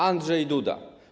Andrzej Duda.